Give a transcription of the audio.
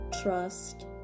trust